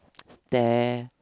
there